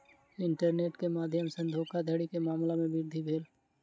internet के माध्यम सॅ धोखाधड़ी के मामला में वृद्धि भेल